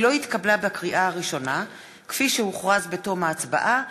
היא לא התקבלה בקריאה הראשונה כפי שהוכרז בתום ההצבעה,